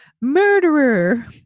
murderer